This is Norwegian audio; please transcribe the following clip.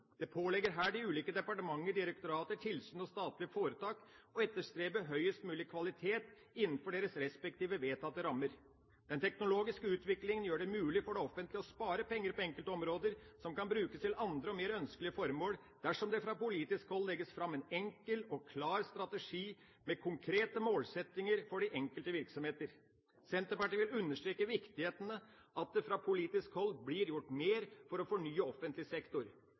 Det påligger her de ulike departementer, direktorater, tilsyn og statlige foretak å etterstrebe høyest mulig kvalitet innenfor deres respektive vedtatte rammer. Den teknologiske utviklingen gjør det mulig for det offentlige å spare penger på enkelte områder, som kan brukes til andre og mer ønskelige formål dersom det fra politisk hold legges fram en enkel og klar strategi med konkrete målsettinger for de enkelte virksomheter. Senterpartiet vil understreke viktigheten av at det fra politisk hold blir gjort mer for å fornye offentlig sektor.